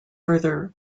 further